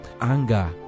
anger